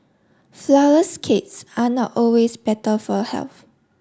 flourless cakes are not always better for health